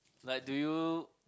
like do you